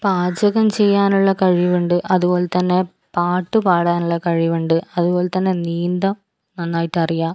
പാചകം ചെയ്യാനുള്ള കഴിവുണ്ട് അതുപോലെത്തന്നെ പാട്ട് പാടാനുള്ള കഴിവുണ്ട് അതുപോലെത്തന്നെ നീന്താൻ നന്നായിട്ടറിയാം